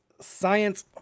science